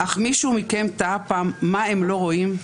אך מישהו מכם תהה פעם מה הם לא רואים?